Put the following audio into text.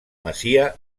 masia